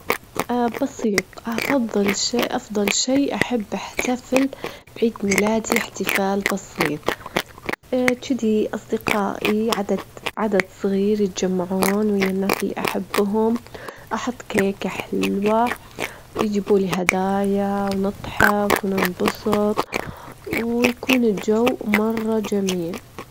طبعًا بالترتيب أجيلك الأرجام؛ أربعة، تسعة، اتنين، اتناش، سبعة، خمسة تلاتش، صفر، صفر، خمستاش، تمانية، ستة إداشر.